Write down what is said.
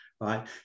right